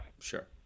Sure